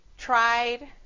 tried